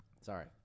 Sorry